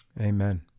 Amen